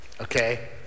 okay